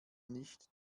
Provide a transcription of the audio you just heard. nicht